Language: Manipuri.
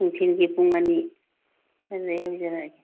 ꯅꯨꯡꯊꯤꯜꯒꯤ ꯄꯨꯡ ꯑꯅꯤ ꯁꯥꯏꯗ ꯌꯧꯖꯔꯛꯑꯒꯦ